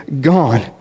gone